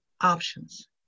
options